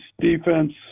defense